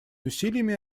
усилиями